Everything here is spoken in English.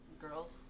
girls